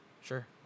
Sure